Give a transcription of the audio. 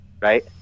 right